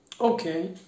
okay